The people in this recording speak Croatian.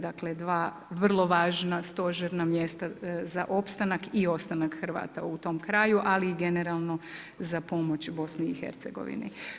Dakle, dva vrlo važna stožerna mjesta za opstanak i ostanak Hrvata u tom kraju, ali i generalno za pomoć Bosni i Hercegovini.